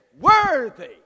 worthy